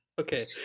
Okay